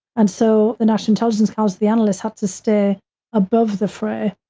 and so, the national intelligence council, the analysts, have to stay above the fray,